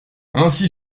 ainsi